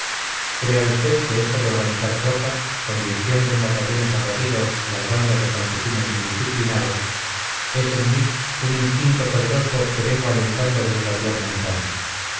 crea usted que esto de organizar tropas convirtiendo en batallones aguerridos las bandas de campesinos indisciplinados es en mí un instinto poderoso que vengo alentando desde la tierna infancia